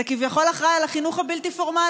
שכביכול אחראי על החינוך הבלתי-פורמלי.